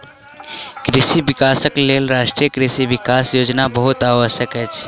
कृषि विकासक लेल राष्ट्रीय कृषि विकास योजना बहुत आवश्यक अछि